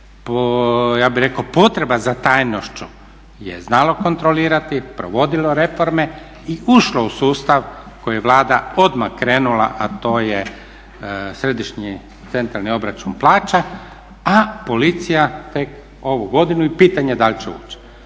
ja bih rekao potreba za tajnošću je znalo kontrolirati, provodilo reforme i ušlo u sustav u koji je Vlada odmah krenula a to je središnji centralni obračun plaća a policija tek ovu godinu i pitanje je da li će ući.